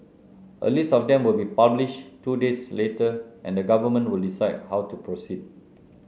a list of them will be published two days later and the government will decide how to proceed